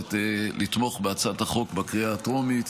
מהכנסת לתמוך בהצעת החוק בקריאה הטרומית,